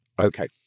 Okay